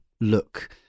look